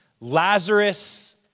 Lazarus